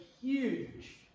huge